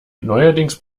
neuerdings